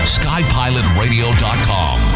skypilotradio.com